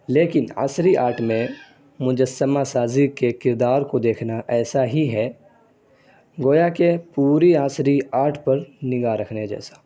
لیکن عصری آرٹ میں مجسمہ سازی کے کردار کو دیکھنا ایسا ہی ہے گویا کہ پوری عصری آرٹ پر نگاہ رکھنے جیسا